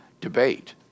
debate